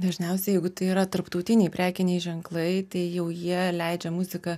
dažniausiai jeigu tai yra tarptautiniai prekiniai ženklai tai jau jie leidžia muziką